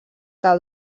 que